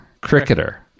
Cricketer